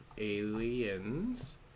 Aliens